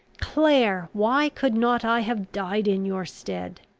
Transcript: clare, why could not i have died in your stead?